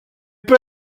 peut